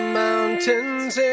mountains